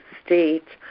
state